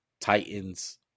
Titans